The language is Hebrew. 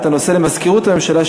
על הנושא למזכירות הממשלה,